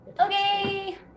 Okay